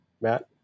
Matt